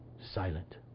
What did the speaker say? silent